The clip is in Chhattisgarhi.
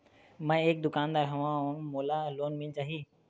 मै एक दुकानदार हवय मोला लोन मिल जाही?